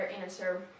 answer